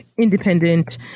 independent